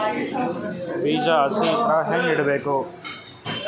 ಬೀಜ ಹಸಿ ಇದ್ರ ಹ್ಯಾಂಗ್ ಇಡಬೇಕು?